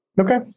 Okay